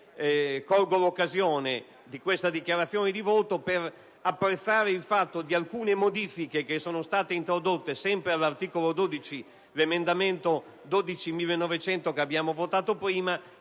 Colgo l'occasione di questa dichiarazione di voto anche per apprezzare alcune modifiche che sono state introdotte sempre all'articolo 12, con l'emendamento 12.900 che abbiamo votato prima,